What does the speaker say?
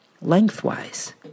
lengthwise